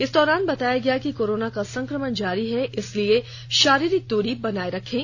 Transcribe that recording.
इस दौरान बताया गया कि कोराना का संक्रमण जारी है इसलिए शारीरिक दूरी बनाए रखें